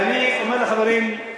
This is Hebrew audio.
ואני אומר לחברים,